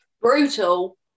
Brutal